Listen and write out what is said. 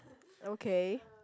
okay